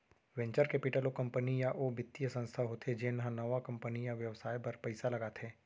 venture capital ओ company या ओ बित्तीय संस्था होथे जेन ह नवा कंपनी या बेवसाय बर पइसा लगाथे